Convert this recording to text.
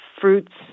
fruits